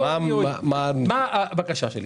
מה הבקשה שלי?